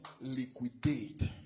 liquidate